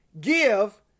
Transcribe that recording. give